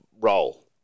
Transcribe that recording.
role